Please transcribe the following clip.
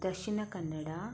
Dakshina Kannada